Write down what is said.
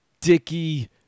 dicky